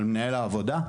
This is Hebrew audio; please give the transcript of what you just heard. על מנהל העבודה?